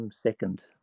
second